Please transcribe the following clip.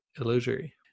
illusory